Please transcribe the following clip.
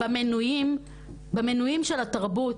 ובמנויים של התרבות,